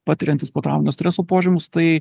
patiriantys potrauminio streso požymius tai